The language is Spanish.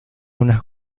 unas